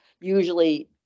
usually